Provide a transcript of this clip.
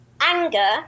anger